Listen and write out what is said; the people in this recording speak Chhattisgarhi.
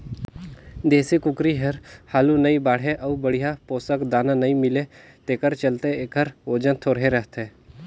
देसी कुकरी हर हालु नइ बाढ़े अउ बड़िहा पोसक दाना नइ मिले तेखर चलते एखर ओजन थोरहें रहथे